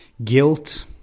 Guilt